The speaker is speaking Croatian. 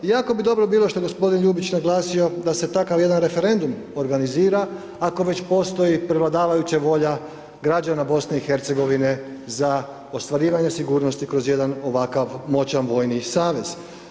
Jako bi dobro bilo što je g. Ljubić naglasio da se takav jedan referendum organizira ako već postoji prevladavajuća volja građana BiH za ostvarivanje sigurnosti kroz jedan ovakav moćan vojni savez.